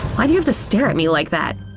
why do you have to stare at me like that?